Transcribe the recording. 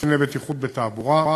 וקציני בטיחות בתעבורה.